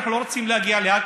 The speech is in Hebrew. מדברים על האג,